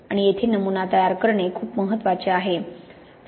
आणि येथे नमुना तयार करणे खूप महत्वाचे आहे